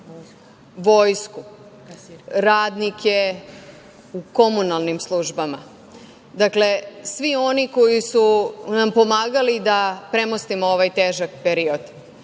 vojsku, radnike u komunalnim službama, dakle, svi oni koji su nam pomagali da premostimo ovaj težak period.